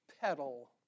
Pedal